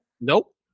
Nope